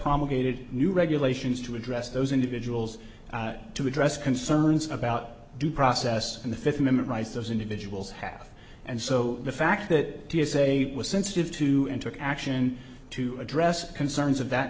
promulgated new regulations to address those individuals to address concerns about due process and the fifth amendment rights those individuals have and so the fact that t s a was sensitive to enter action to address concerns of that